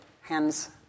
hands